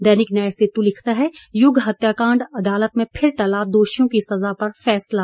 दैनिक न्याय सेतु लिखता है युग हत्याकांड अदालत में फिर टला दोषियों की सजा पर फैसला